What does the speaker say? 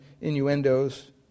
innuendos